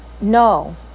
No